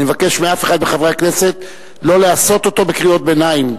אני מבקש שאף אחד מחברי הכנסת לא יהסה אותו בקריאות ביניים.